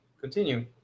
Continue